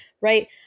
right